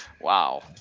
Wow